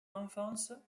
enfance